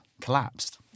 collapsed